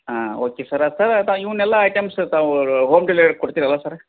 ಹಾಂ okay sir ಆತ ತಾ ಇವ್ನೆಲ್ಲಾ ಐಟಮ್ಸ್ ತಾವೂ ವ ಹೋಮ್ ಡೆಲಿವರಿ ಕೊಡ್ತೀರಿ ಅಲ್ಲ ಸರ್